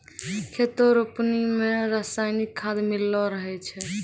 खेतो रो पानी मे रसायनिकी खाद मिल्लो रहै छै